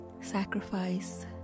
sacrifice